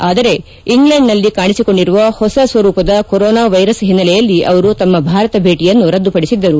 ಆದರೆ ಇಂಗ್ಲೆಂಡ್ನಲ್ಲಿ ಕಾಣಿಸಿಕೊಂಡಿರುವ ಹೊಸ ಸ್ವರೂಪದ ಕೊರೊನಾ ವೈರಸ್ ಹಿನ್ನೆಲೆಯಲ್ಲಿ ಅವರು ತಮ್ಮ ಭಾರತ ಭೇಟಿಯನ್ನು ರದ್ದುಪಡಿಸಿದ್ದರು